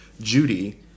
Judy